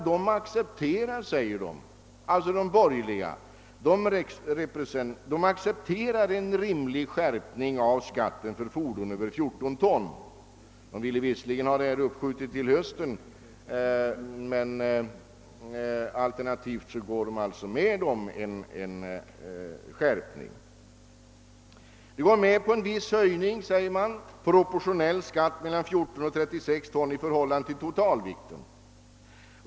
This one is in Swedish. De borgerliga reservanterna accepterar en rimlig skärpning av skatten för fordon över 14 ton och går med på en viss höjning och en proportionell skatt mellan 14 och 36 ton i förhållande till totalvikten.